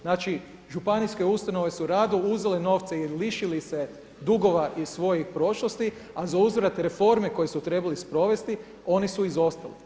Znači, županijske ustanove su rado uzele novce i lišili se dugova iz svojih prošlosti, a zauzvrat reforme koje su trebali sprovesti oni su izostali.